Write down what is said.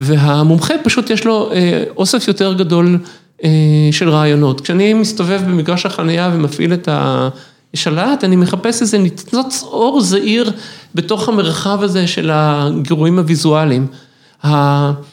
וה...מומחה, פשוט יש לו, א...אוסף יותר גדול, א...של רעיונות. כשאני מסתובב במגרש החנייה ומפעיל את ה...שלט, אני מחפש איזה נת-נוץ אור זהיר, בתוך המרחב הזה של הגירויים הוויזואליים. ה...